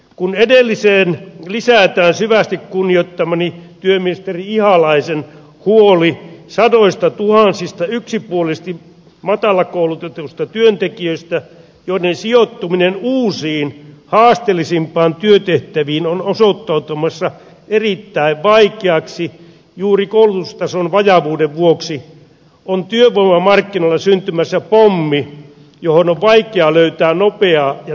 kun edelliseen lisätään syvästi kunnioittamani työministeri ihalaisen huoli sadoistatuhansista yksipuolisesti matalakoulutetuista työntekijöistä joiden sijoittuminen uusiin haasteellisempiin työtehtäviin on osoittautumassa erittäin vaikeaksi juuri koulutustason vajavuuden vuoksi on työvoimamarkkinoilla syntymässä pommi johon on vaikea löytää nopeaa ja toimivaa ratkaisua